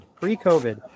pre-COVID